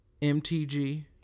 mtg